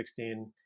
2016